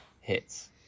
hits